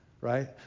right